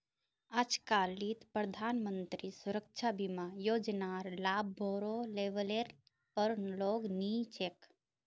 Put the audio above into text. आजकालित प्रधानमंत्री सुरक्षा बीमा योजनार लाभ बोरो लेवलेर पर लोग ली छेक